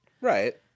right